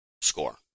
score